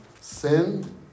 Sin